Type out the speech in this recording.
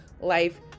life